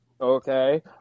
okay